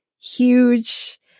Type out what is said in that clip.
huge